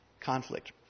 conflict